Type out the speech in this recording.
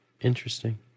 Interesting